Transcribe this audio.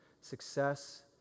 Success